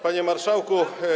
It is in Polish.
Panie Marszałku!